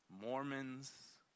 Mormons